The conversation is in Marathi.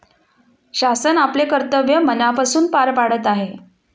शासन आपले कर्तव्य मनापासून पार पाडत आहे